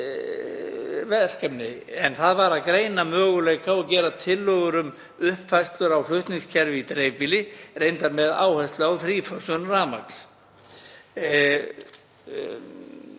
verkefni sem var að greina möguleika og gera tillögur um uppfærslu á flutningskerfi í dreifbýli, reyndar með áherslu á þrífösun rafmagns.